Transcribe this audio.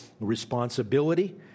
responsibility